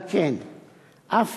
על כן, אף